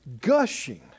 gushing